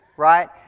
right